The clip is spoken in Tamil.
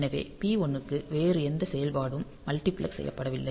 எனவே பி 1 க்கு வேறு எந்த செயல்பாடும் மல்டிபிளக்ஸ் செய்யப்படவில்லை